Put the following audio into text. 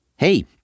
Hey